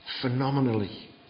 Phenomenally